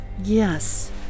Yes